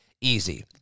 easy